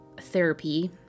therapy